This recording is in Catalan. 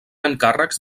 encàrrecs